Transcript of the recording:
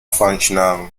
functional